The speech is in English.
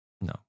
No